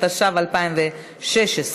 התשע"ו 2016,